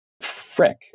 Frick